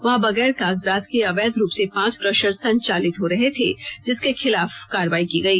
वहां बगैर कागजात के अवैध रूप से पांच क्रशर संचालित हो रहे थे जिसके खिलाफ कार्रवाई की गई